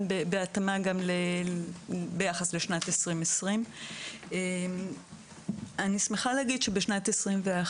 בהתאמה גם לשנת 2020. אני שמחה להגיד שבשנת 2021,